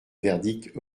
verdict